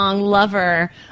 lover